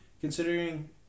considering –